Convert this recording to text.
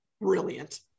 brilliant